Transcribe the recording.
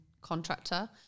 contractor